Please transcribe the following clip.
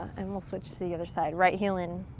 and we'll switch to the other side. right heel in.